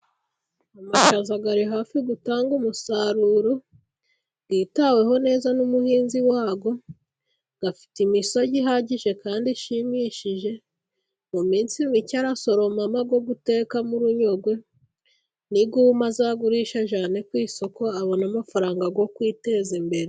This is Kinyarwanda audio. Amashaza ari hafi gutanga umusaruro yitaweho neza n'umuhinzi wayo, afite imishogi ihagije kandi ishimishije mu minsi mike arasoroma ayo gutekamo urunyogwe, niyuma azagurishije cyane ku isoko, abone amafaranga yo kwiteza imbere.